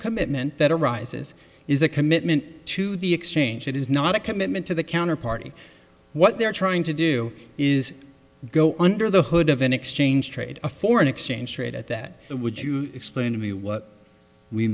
commitment that arises is a commitment to the exchange it is not a commitment to the counter party what they're trying to do is go under the hood of an exchange trade a foreign exchange rate at that would you explain to me what we